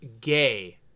gay